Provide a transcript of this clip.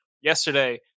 Yesterday